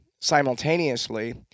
simultaneously